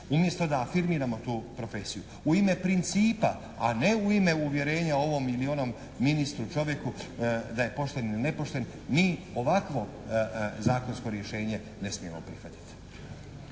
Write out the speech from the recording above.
umjesto da afirmiramo tu profesiju. U ime principa, a ne u ime uvjerenja o ovom ili onom ministru, čovjeku, da je pošten ili nepošten. Mi ovakvo zakonsko rješenje ne smijemo prihvatiti.